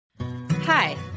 Hi